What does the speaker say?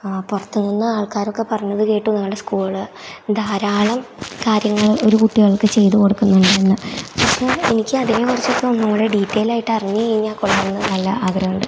ആ പുറത്ത് നിന്ന് ആൾക്കാരൊക്കെ പറയുന്നത് കേട്ടു നിങ്ങളുടെ സ്കൂള് ധാരാളം കാര്യങ്ങൾ ഒരു കുട്ടികൾക്ക് ചെയ്ത് കൊടുക്കുന്നുണ്ടെന്ന് പക്ഷേ എനിക്ക് അതിനെക്കുറിച്ചൊക്കെ ഒന്നു കൂടെ ഡീറ്റൈൽഡ് ആയിട്ട് അറിഞ്ഞ് കഴിഞ്ഞാൽ കൊള്ളാമെന്ന് നല്ല ആഗ്രഹമുണ്ട്